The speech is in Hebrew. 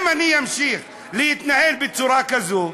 אם אני אמשיך להתנהל בצורה כזו,